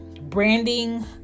branding